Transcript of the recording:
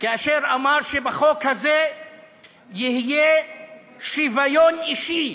כאשר אמר שבחוק הזה יהיה שוויון אישי,